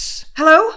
Hello